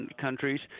countries